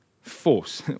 force